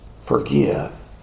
forgive